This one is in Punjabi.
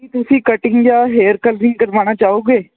ਕੀ ਤੁਸੀਂ ਕਟਿੰਗ ਜਾਂ ਹੇਅਰ ਕਰਲਰਿੰਗ ਕਰਵਾਉਣਾ ਚਾਹੋਗੇ